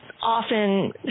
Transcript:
often